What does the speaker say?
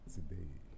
Today